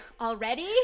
already